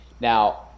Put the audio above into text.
Now